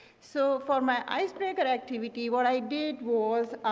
so for my icebreaker activity what i did was